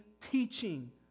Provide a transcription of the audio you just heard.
teaching